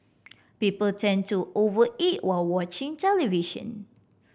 people tend to over eat while watching television